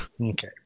Okay